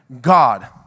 God